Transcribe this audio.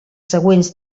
següents